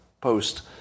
post